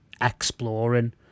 exploring